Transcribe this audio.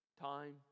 time